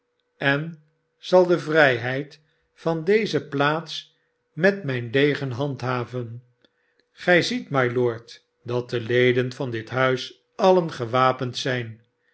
en zal de vrijheid van deze plaats met mijn degen handhaven gij ziet mylord dat de leden van dit huis alien gewapend zijn